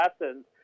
lessons